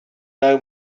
know